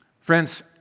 friends